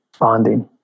bonding